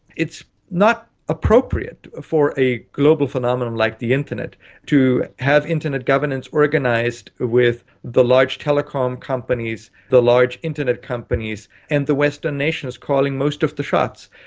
it's not appropriate for a global phenomenon like the internet to have internet governance organised with the large telecom companies, the large internet companies and the western nations calling most of the shots.